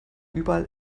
überall